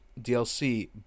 dlc